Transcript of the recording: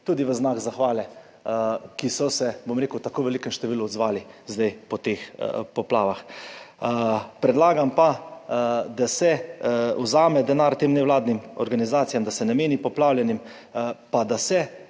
tudi v znak zahvale, ki so se, bom rekel, v tako velikem številu odzvali zdaj po teh poplavah. Predlagam pa, da se vzame denar tem nevladnim organizacijam, da se nameni poplavljenim, pa da se